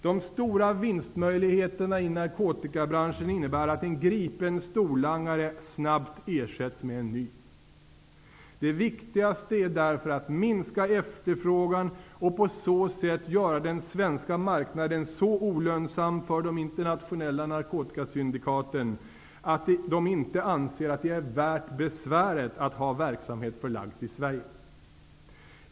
De stora vinstmöjligheterna i narkotikabranschen innebär att en gripen storlangare snabbt ersätts med en ny. Det viktigaste är därför att man minskar efterfrågan och att man på så sätt gör den svenska marknaden så olönsam för de internationella narkotikasyndikaten att de inte anser att det är ''värt besväret'' att ha verksamhet förlagd till Sverige.